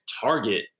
Target